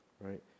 right